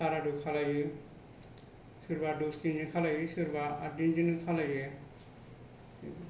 सारादु खालायो सोरबा दस दिनजों खालामो सोरबा आटदिनजों खालायो